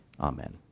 Amen